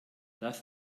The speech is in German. das